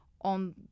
on